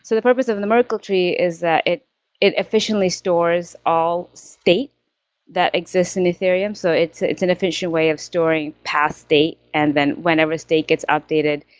so the purpose of of the merkle tree is that it it efficiently stores all state that exist in ethereum. so it's it's an official way of storing past date and then whenever a state gets updated,